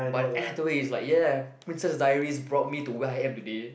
but Anne Hathaway is like ya Princess Diaries brought me to where I am today